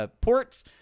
ports